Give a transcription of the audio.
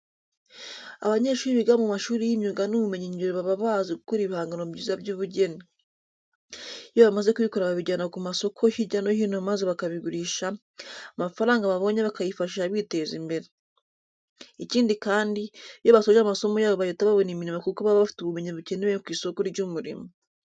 Abanyeshuri biga mu mashuri y'imyuga n'ubumenyingiro baba bazi gukora ibihangano byiza by'ubugeni. Iyo bamaze kubikora babijyana ku masoko hirya no hino maze bakabigurisha, amafaranga babonye bakayifashisha biteza imbere. Ikindi kandi, iyo basoje amasomo yabo bahita babona imirimo kuko baba bafite ubumenyi bukenewe ku isoko ry'umurimo.